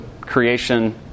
creation